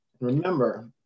Remember